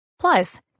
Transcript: Plus